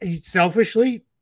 Selfishly